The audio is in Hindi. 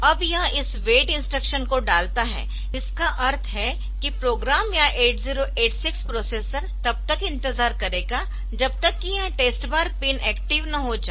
अब यह इस वेट इंस्ट्रक्शन को डालता है जिसका अर्थ है कि प्रोग्राम या 8086 प्रोसेसर तब तक इंतजार करेगा जब तक कि यह टेस्ट बार लाइन एक्टिव न हो जाए